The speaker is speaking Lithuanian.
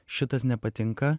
šitas nepatinka